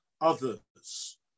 others